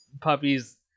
puppies